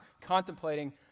contemplating